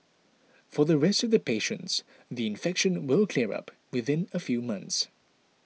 for the rest of the patients the infection will clear up within a few months